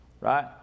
right